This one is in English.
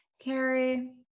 Carrie